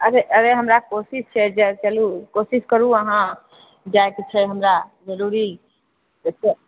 अरे अरे हमरा कोशिश छै चलु कोशिश करु अहाँ जाएके छै हमरा जरुरी